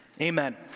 Amen